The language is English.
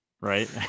Right